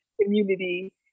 community